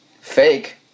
fake